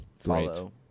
Follow